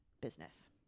business